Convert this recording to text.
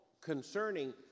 concerning